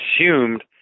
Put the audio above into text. assumed